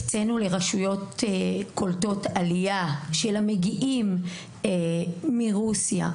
הקצנו לרשויות קולטות עלייה של המגיעים מרוסיה,